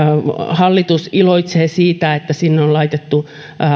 hallitus iloitsee siitä että sinne on laitettu